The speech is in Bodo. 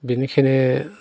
बिनिखायनो